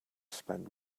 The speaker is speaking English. spend